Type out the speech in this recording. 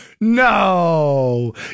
No